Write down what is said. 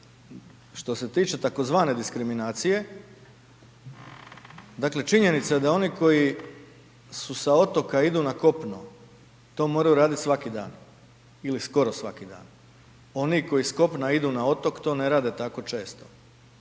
Što se tiče tzv. diskriminacije, dakle činjenica je da oni su sa otoka idu na kopno to moraju raditi svaki dan ili skoro svaki dan. Oni koji s kopna idu na otok to ne rade tako često.